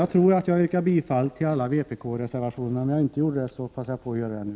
Jag tror att jag har yrkat bifall till alla vpk-reservationerna. Om jag inte gjort det, passar jag på att göra det nu.